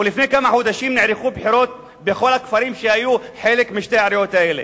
ולפני כמה חודשים נערכו בחירות בכל הכפרים שהיו חלק משתי העיריות האלה.